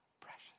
precious